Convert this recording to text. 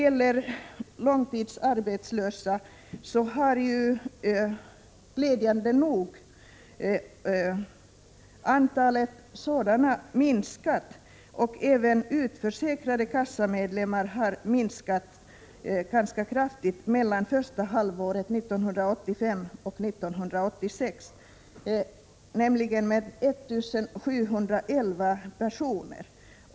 Antalet långtidsarbetslösa har glädjande nog minskat, och även antalet utförsäkrade kassamedlemmar har minskat ganska kraftigt från första halvåret 1985 till 1986, nämligen med 1 711 personer.